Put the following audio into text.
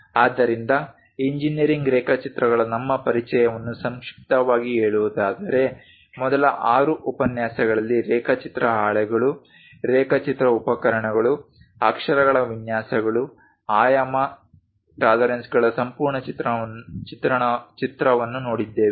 ಆದ್ದರಿಂದ ಇಂಜಿನೀರಿಂಗ್ ರೇಖಾಚಿತ್ರಗಳ ನಮ್ಮ ಪರಿಚಯವನ್ನು ಸಂಕ್ಷಿಪ್ತವಾಗಿ ಹೇಳುವುದಾದರೆ ಮೊದಲ ಆರು ಉಪನ್ಯಾಸಗಳಲ್ಲಿ ರೇಖಾಚಿತ್ರ ಹಾಳೆಗಳು ರೇಖಾಚಿತ್ರ ಉಪಕರಣಗಳು ಅಕ್ಷರಗಳ ವಿನ್ಯಾಸಗಳು ಆಯಾಮ ಟಾಲರೆನ್ಸ್ಗಳ ಸಂಪೂರ್ಣ ಚಿತ್ರವನ್ನು ನೋಡಿದ್ದೇವೆ